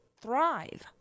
thrive